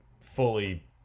fully